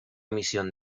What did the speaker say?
misión